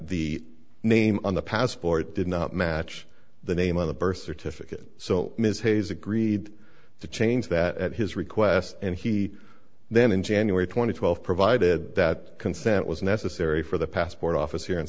the name on the passport did not match the name on the birth certificate so ms hayes agreed to change that at his request and he then in january two thousand and twelve provided that consent was necessary for the passport office here in